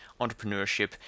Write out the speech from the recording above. entrepreneurship